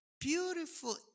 Beautiful